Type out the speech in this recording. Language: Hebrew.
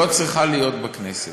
לא צריכה להיות בכנסת.